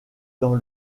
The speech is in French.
dans